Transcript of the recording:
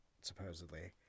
supposedly